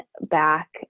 back